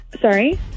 Sorry